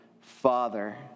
Father